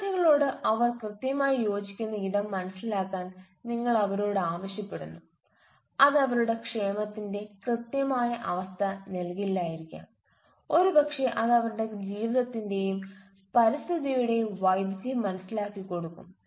വിദ്യാർത്ഥികളോട് അവർ കൃത്യമായി യോജിക്കുന്ന ഇടം മനസിലാക്കാൻ നിങ്ങൾ അവരോട് ആവശ്യപ്പെടുന്നു അത് അവരുടെ ക്ഷേമത്തിന്റെ കൃത്യമായ അവസ്ഥ നൽകില്ലായിരിക്കാം ഒരുപക്ഷേ അത് അവരുടെ ജീവിതത്തിന്റെയും പരിസ്ഥിതിയുടെയും വൈദഗ്ധ്യം മനസിലാക്കി കൊടുക്കും